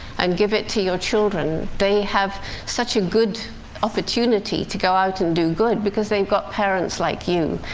and give it to your children, they have such a good opportunity to go out and do good, because they've got parents like you.